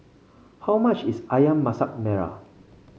how much is ayam Masak Merah